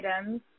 items